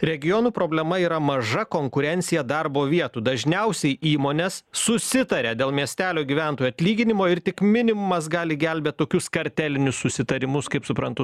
regionų problema yra maža konkurencija darbo vietų dažniausiai įmonės susitaria dėl miestelio gyventojų atlyginimo ir tik minimumas gali gelbėt tokius kartelinius susitarimus kaip suprantu